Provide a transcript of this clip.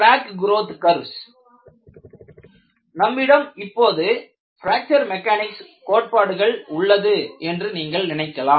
crack growth curves நம்மிடம் இப்போது fracture mechanics கோட்பாடுகள் உள்ளது என்று நீங்கள் நினைக்கலாம்